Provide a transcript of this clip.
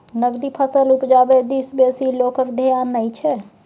नकदी फसल उपजाबै दिस बेसी लोकक धेआन नहि छै